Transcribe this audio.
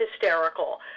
hysterical